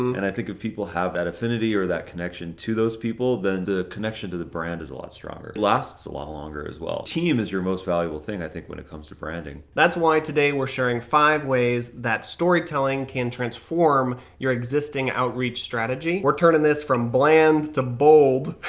and i think if people have that affinity or that connection to those people, then the connection to the brand is a lot stronger it lasts a lot longer as well. team is your most valuable thing i think when it comes to branding. that's why today we're sharing five ways that storytelling can transform your existing outreach strategy. we're turnin' this from bland to bold.